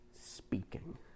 speaking